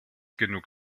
genug